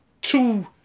two